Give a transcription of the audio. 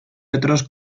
otros